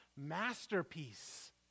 masterpiece